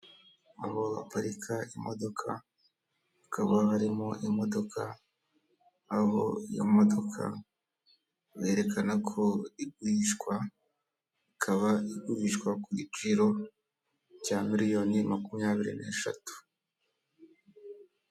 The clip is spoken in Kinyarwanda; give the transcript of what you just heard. Aho baparika imodoka, hakaba harimo imodoka, aho iyo modoka berekana ko igurishwa, ikaba igurishwa ku giciro cya miliyoni makumyabiri n'eshatu.